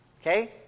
Okay